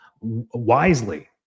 wisely